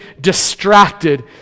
distracted